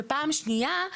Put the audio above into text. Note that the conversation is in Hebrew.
ופעם שנייה,